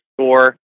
score